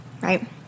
right